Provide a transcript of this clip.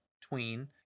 tween